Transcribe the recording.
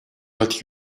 but